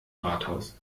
rathaus